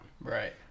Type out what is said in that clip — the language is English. right